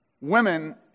Women